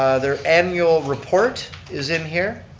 ah their annual report is in here.